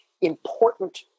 important